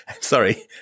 Sorry